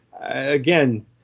again